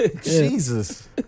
Jesus